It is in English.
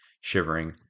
shivering